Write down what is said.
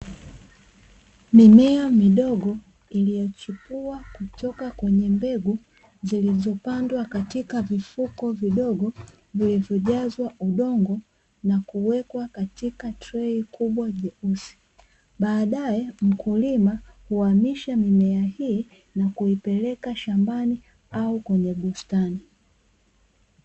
Mimea midogo iliyochipua kutoka kwenye mbegu zilizopandwa katika vifuko vidogo vilivyojazwa udongo na kuwekwa katika trei kubwa jeusi, baadae mkulima huamisha mimea hii na kuipeleka shambani au kwenye bustani.